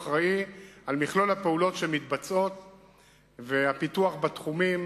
ואחראי למכלול הפעולות שנעשות ולפיתוח בתחומים